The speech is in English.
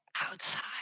outside